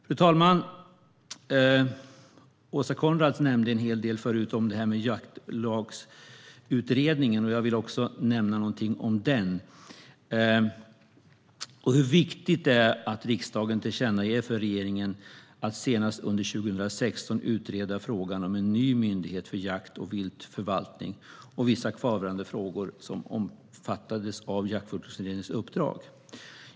Fru talman! Åsa Coenraads nämnde en hel del om Jaktlagsutredningen. Jag vill också nämna någonting om den och hur viktigt det är att riksdagen tillkännager för regeringen att man senast under 2016 ska utreda frågan om en ny myndighet för jakt och viltförvaltning och vissa kvarvarande frågor som omfattades av Jaktlagsutredningens uppdrag.